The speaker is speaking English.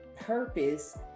purpose